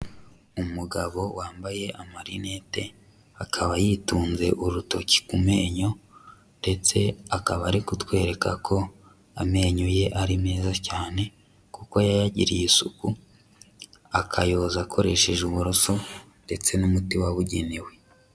Umugabo wambaye amarinete, akaba yitunze urutoki ku menyo, ndetse akaba ari kutwereka ko amenyo ye ari meza cyane, kuko yayagiriye isuku, akayoza akoresheje uburoso, ndetse n'umuti wabugenewe.